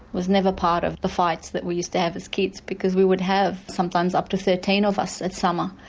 was never part of the fights that we used to have as kids because we would have sometimes up to thirteen of us at summer,